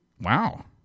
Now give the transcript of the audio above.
Wow